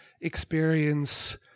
experience